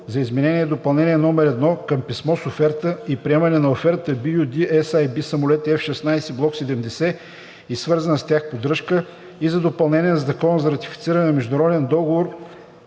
за Изменение и допълнение № 1 към Писмо с оферта и приемане на офертата (LOA) BU-D-SAB „Самолети F-16 Block 70 и свързана с тях поддръжка“ и за допълнение на Закона за ратифициране на международен договор